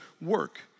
work